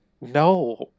No